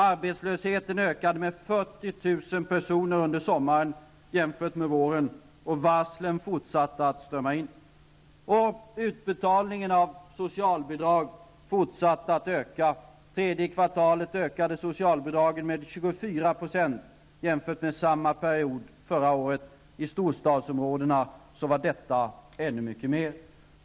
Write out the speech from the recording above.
Arbetslösheten ökade med 40 000 personer under sommaren jämfört med våren, och varslen fortsatte att strömma in. Utbetalningen av socialbidrag fortsatte att öka. Tredje kvartalet ökade socialbidragen med storstadsområdena ökade de ännu mer.